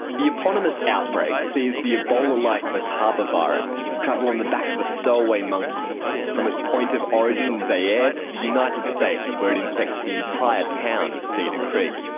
the eponymous outbreak sees the ebola like motaba virus travel on the back of a stowaway monkey from its point of origin in zaire to the united states where it infects the entire town of cedar creek.